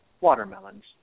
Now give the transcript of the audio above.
Watermelons